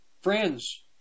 friends